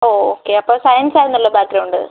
okay അപ്പോൾ science ആയിരുന്നല്ലോ background